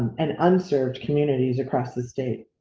and unanswered communities across the state.